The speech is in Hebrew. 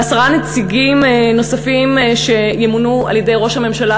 ועשרה נציגים נוספים שימונו על-ידי ראש הממשלה,